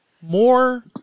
more